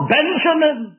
Benjamin